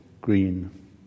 green